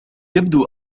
يبدو